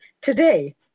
today